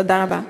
תודה רבה.